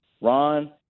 Ron